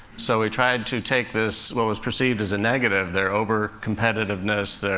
so, we tried to take this what was perceived as a negative their over-competitiveness, their,